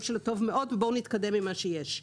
של הטוב מאוד ובואו נתקדם עם מה שיש.